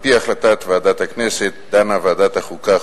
על-פי החלטת ועדת הכנסת דנה ועדת החוקה,